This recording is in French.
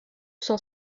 cent